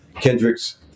Kendrick's